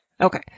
Okay